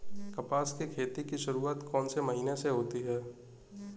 कपास की खेती की शुरुआत कौन से महीने से होती है?